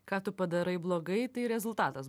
ką tu padarai blogai tai rezultatas